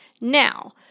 Now